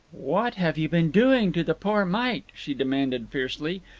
what have you been doing to the poor mite? she demanded fiercely,